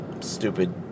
stupid